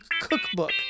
cookbook